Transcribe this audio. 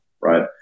right